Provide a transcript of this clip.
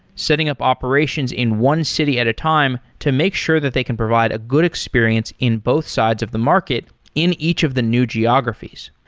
setting up operations in one city at a time to make sure that they can provide a good experience in both sides of the market in each of the new geographies.